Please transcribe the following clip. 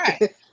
Right